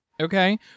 okay